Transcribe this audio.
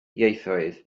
ieithoedd